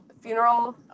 funeral